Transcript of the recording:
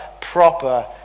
proper